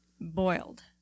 Boiled